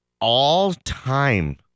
all-time